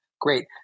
great